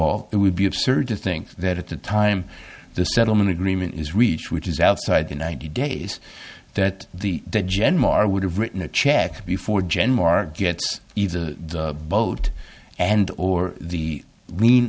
all it would be absurd to think that at the time the settlement agreement is reached which is outside the ninety days that the general are would have written a check before gen mark gets either the boat and or the mean